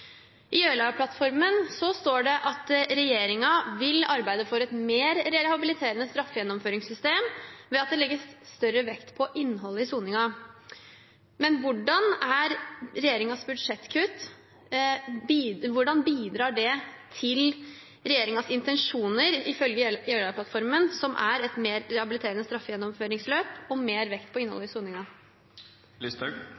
i fengslene. I Jeløya-plattformen står det at regjeringen vil arbeide for et mer rehabiliterende straffegjennomføringssystem ved at det legges større vekt på innholdet i soningen. Men hvordan bidrar regjeringens budsjettkutt til regjeringens intensjoner ifølge Jeløya-plattformen, som er et mer rehabiliterende straffegjennomføringsløp og har mer vekt på